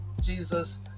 Jesus